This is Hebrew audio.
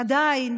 עדיין